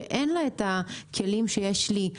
שאין לה את הכלים שיש לי?